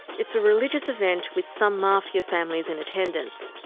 it's a religious event with some mafia families in attendance.